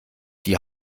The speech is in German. die